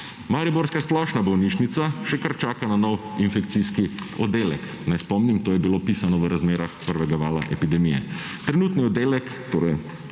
Mariborska splošna bolnišnica še kar čaka na nov infekcijski oddelek. Naj spomnim, to je bilo pisano v razmerah prvega vala epidemije.